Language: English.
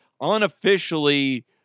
unofficially